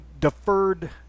deferred